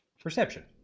Perception